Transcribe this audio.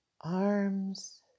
arms